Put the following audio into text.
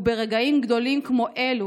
וברגעים גדולים כמו אלה,